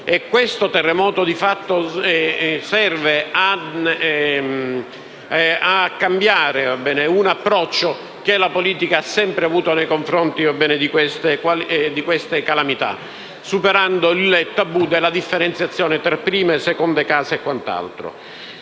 Questo terremoto, di fatto, serve a cambiare un approccio che la politica ha sempre avuto nei confronti di queste calamità, superando il tabù della differenziazione tra prime e seconde case. Abbiamo